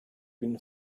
been